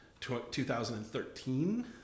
2013